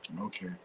Okay